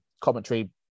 commentary